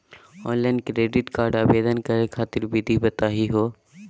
Online credit card आवेदन करे खातिर विधि बताही हो?